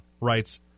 writes